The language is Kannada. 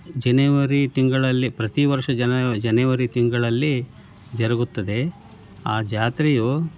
ಜನಿವರಿ ತಿಂಗಳಲ್ಲಿ ಪ್ರತಿ ವರ್ಷ ಜನವ ಜನಿವರಿ ತಿಂಗಳಲ್ಲಿ ಜರಗುತ್ತದೆ ಆ ಜಾತ್ರೆಯು